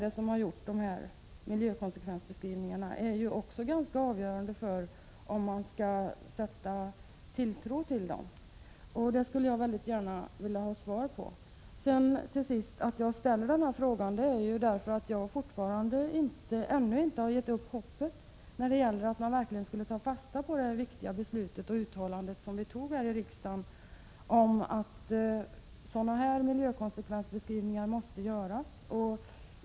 Vem som gjort dem är också ganska avgörande för om man kan sätta tilltro till dem. Det skulle jag gärna vilja ha svar på. Att jag frågar om detta beror på att jag ännu inte har gett upp hoppet att man verkligen tar fasta på riksdagens viktiga uttalande och beslut att sådana här miljökonsekvensbeskrivningar måste göras.